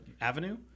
avenue